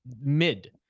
mid